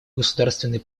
государственной